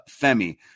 Femi